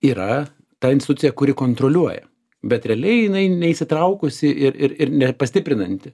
yra ta instucija kuri kontroliuoja bet realiai jinai neįsitraukusi ir ir ir nepastiprinanti